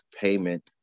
payment